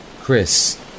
Chris